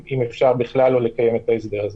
ואם אפשר אז בכלל לא לקיים את זה.